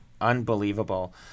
Unbelievable